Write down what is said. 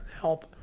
help